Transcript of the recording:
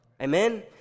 Amen